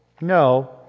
No